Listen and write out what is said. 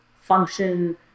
function